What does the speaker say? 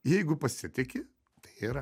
jeigu pasitiki tai yra